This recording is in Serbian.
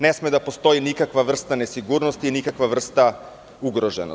Ne sme da postoji nikakva vrsta nesigurnosti, nikakva ugroženost.